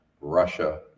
Russia